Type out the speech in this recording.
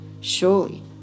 Surely